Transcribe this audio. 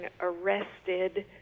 arrested